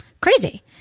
crazy